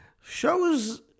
shows